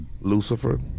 Lucifer